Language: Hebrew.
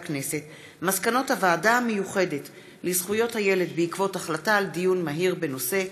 מסקנות הוועדה המיוחדת לזכויות הילד בעקבות דיון מהיר בהצעתו